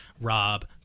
Rob